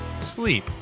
sleep